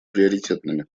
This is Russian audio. приоритетными